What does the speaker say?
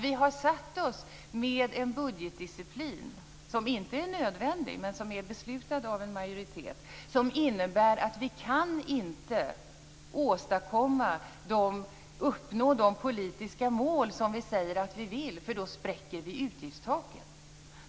Vi har satt oss med en budgetdisciplin - som inte är nödvändig, men som är beslutad av en majoritet - som innebär att vi inte kan uppnå de politiska mål vi säger att vi vill uppnå, för då spräcker vi utgiftstaket.